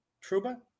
Truba